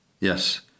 Yes